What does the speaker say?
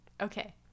Okay